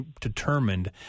determined